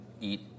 eat